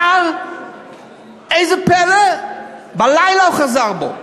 אבל ראו זה פלא בלילה הוא חזר בו.